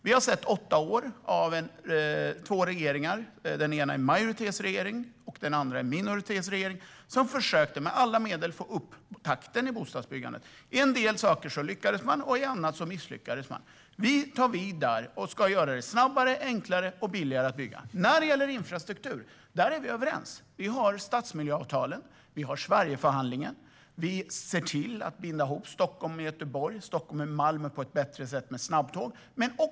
Vi har sett åtta år med två regeringar, den ena en majoritetsregering och den andra en minoritetsregering, som med alla medel försökte få upp takten i bostadsbyggandet. Till en del lyckades man. När det gäller annat misslyckades man. Vi tar vid där och ska göra det snabbare, enklare och billigare att bygga. När det gäller infrastruktur är vi överens. Vi har stadsmiljöavtalen. Vi har Sverigeförhandlingen. Vi ser till att binda ihop Stockholm med Göteborg och Malmö på ett bättre sätt med snabbtåg.